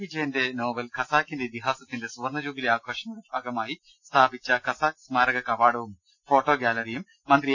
വിജയന്റെ നോവൽ ഖസാക്കിന്റെ ഇതിഹാസ ത്തിന്റെ സുവർണ്ണജൂബിലി ആഘോഷങ്ങളുടെ ഭാഗമായി സ്ഥാപിച്ച ഖസാക്ക് സ്മാരക കവാടവും ഫോട്ടോ ഗാലറിയും മന്ത്രി എ